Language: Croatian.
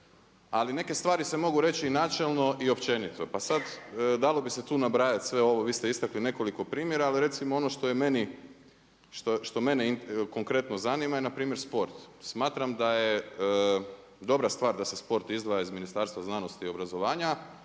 Ali neke stvari se mogu reći i načelno i općenito. Pa sada dalo bi se tu nabrajati sve ovo, vi ste istakli nekoliko primjera ali recimo ono što je meni, što mene konkretno zanima je npr. sport. Smatram da je dobra stvar da se sport izdvaja iz Ministarstva znanosti i obrazovanja